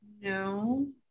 No